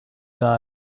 die